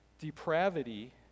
depravity